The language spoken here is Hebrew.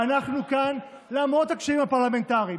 ואנחנו כאן למרות הקשיים הפרלמנטריים,